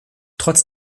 trotz